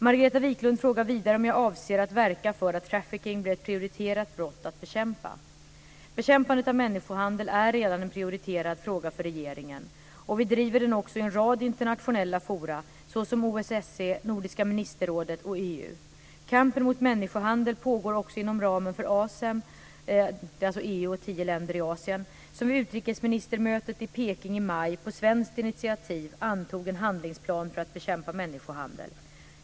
Margareta Viklund frågar vidare om jag avser att verka för att trafficking blir ett prioriterat brott att bekämpa. Bekämpandet av människohandel är redan en prioriterad fråga för regeringen och vi driver den också i en rad internationella forum, såsom OSSE, Nordiska ministerrådet och EU. Kampen mot människohandel pågår också inom ramen för ASEM, dvs. EU och tio länder i Asien, som vid utrikesministermötet i Beijing i maj på svenskt initiativ antog en handlingsplan för att bekämpa människohandel.